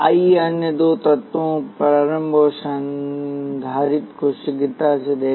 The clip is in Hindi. आइए अन्य दो तत्वों प्रारंभक और संधारित्र को शीघ्रता से देखें